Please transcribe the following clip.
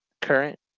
current